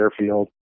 airfield